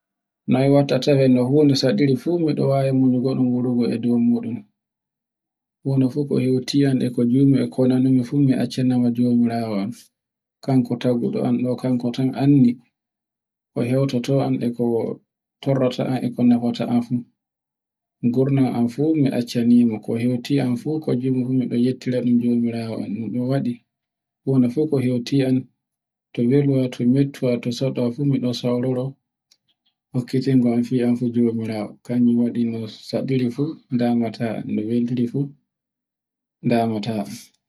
Mi wariɗo faa ngam mi andi noi en tawata ko tawete so ni a ɗan yiɗi bolgawo suudo maɗa fu no watta ko tawete borgore nin mi bolga mi faba. Ara fuu a wadde siminti maaɗa a moiti fuu wooɗi, aseeni a wodi bauɗe fuu ni, kefito ɗa ke moiti ɗoɗa siminti haa tawe, e no kuuje diidi diidi ɗo fuu ɗun laatai no foti, daa fuu ɗun laara borgore maɗa ke giɗɗa fuu on moitai a tawai ɗum vooɗai tan